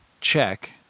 check